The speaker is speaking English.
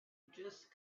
just